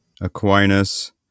Aquinas